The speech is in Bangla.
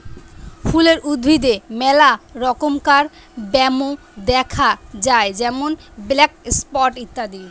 ফুলের উদ্ভিদে মেলা রমকার ব্যামো দ্যাখা যায় যেমন ব্ল্যাক স্পট ইত্যাদি